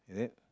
is it